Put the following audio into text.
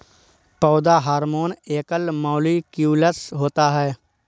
पौधा हार्मोन एकल मौलिक्यूलस होता है